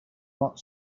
not